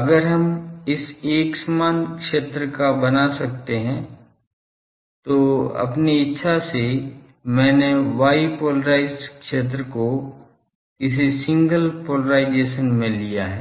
अगर हम इस एकसमान क्षेत्र का बना कर सकते हैं तो स्वेच्छा से मैंने y पोलरिज़्ड क्षेत्र को किसी सिंगल पोलेराइज़ेशन में लिया है